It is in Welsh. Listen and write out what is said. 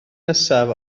nesaf